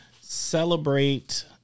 celebrate